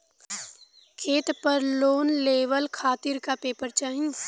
खेत पर लोन लेवल खातिर का का पेपर चाही?